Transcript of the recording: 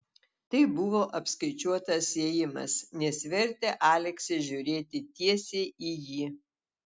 tai buvo apskaičiuotas ėjimas nes vertė aleksę žiūrėti tiesiai į jį